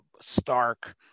stark